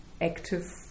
active